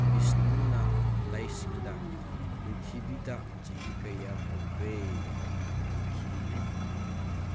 ꯕꯤꯁꯅꯨꯅ ꯂꯥꯏꯁꯤꯡꯗ ꯄ꯭ꯔꯤꯊꯤꯕꯤꯗ ꯆꯍꯤ ꯀꯌꯥ ꯍꯧꯈ꯭ꯔꯦ ꯍꯥꯏꯅ ꯍꯥꯏꯈꯤ